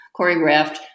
choreographed